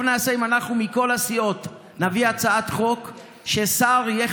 טוב נעשה אם אנחנו מכל הסיעות נביא הצעת חוק ששר יהיה